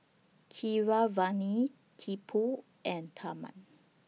Keeravani Tipu and Tharman